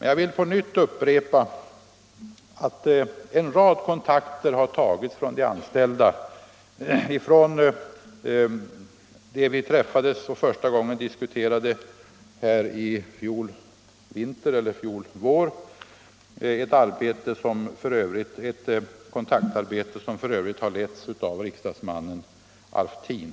Jag vill på nytt upprepa att en rad kontakter har tagits från de anställdas sida sedan vi första gången träffades och diskuterade den här frågan i fjol vår, ett kontaktarbete som f. ö. har letts av riksdagsmannen Alftin.